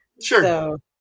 Sure